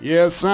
Yes